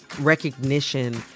recognition